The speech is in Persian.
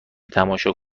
تماشا